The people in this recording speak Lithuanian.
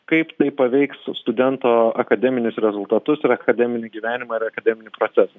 kaip tai paveiks studento akademinius rezultatus ir akademinį gyvenimą ar akademinį procesą